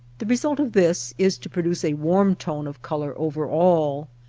the result of this is to pro duce a warm tone of color over all.